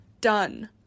done